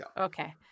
Okay